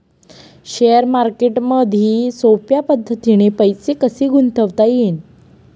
Share मार्केटमधी सोप्या पद्धतीने पैसे कसे गुंतवता येईन?